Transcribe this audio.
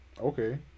Okay